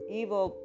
evil